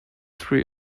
tree